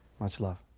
much love.